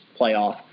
playoff